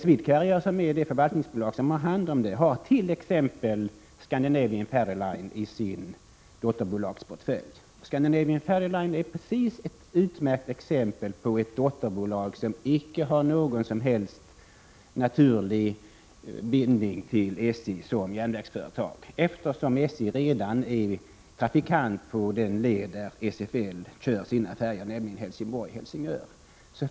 SwedeCarrier, det förvaltningsbolag som har hand om detta, hart.ex. Scandinavian Ferry Line i sin dotterbolagsportfölj. Scandinavian Ferry Line är ett utmärkt exempel på ett dotterbolag som icke har någon som helst naturlig bindning till SJ som järnvägsföretag, eftersom SJ redan är trafikant på den led där SFL kör sina färjor, nämligen Helsingborg—Helsingör.